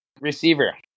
receiver